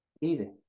Easy